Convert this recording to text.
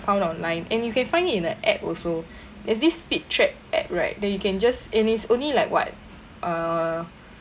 found online and you can find it in a app also there's this FitTrack at right then you can just and is only like what uh